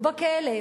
הוא בכלא,